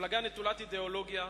מפלגה נטולת אידיאולוגיה,